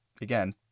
again